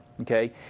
Okay